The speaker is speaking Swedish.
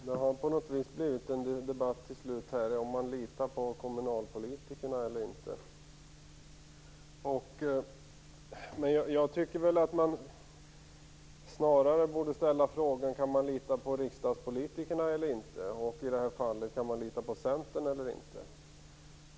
Herr talman! Det har till slut blivit en debatt om ifall man litar på kommunalpolitikerna eller inte. Jag tycker att man snarare borde ställa frågan: Kan man lita på riksdagspolitikerna eller inte och, i det här fallet, kan man lita på Centern eller inte?